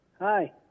hi